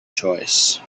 choice